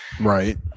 Right